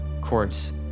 chords